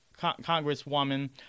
Congresswoman